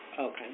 Okay